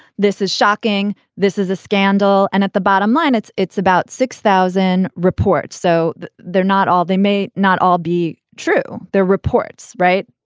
this is shocking. this is a scandal. and at the bottom line, it's it's about six thousand reports. so they're not all they may not all be true. their reports. right.